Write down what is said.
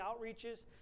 outreaches